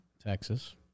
Texas